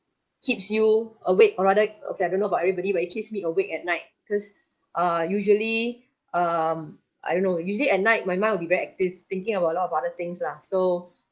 keeps you awake or rather okay I don't know about everybody but it keeps me awake at night because uh usually um I don't know usually at night my mind will be very active thinking about a lot of other things lah so